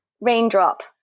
raindrop